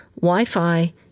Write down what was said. Wi-Fi